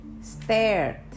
stared